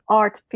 art